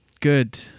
Good